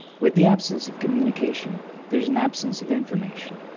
with the absence of communication, there is an absence of information.